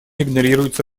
игнорируются